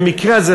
במקרה הזה,